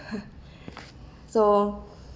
so